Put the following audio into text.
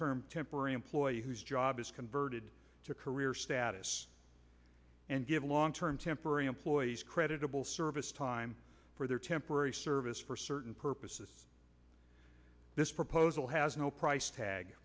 term temporary employee whose job is converted to career status and give long term temporary employees creditable service time for their temporary service for certain purposes this proposal has no price tag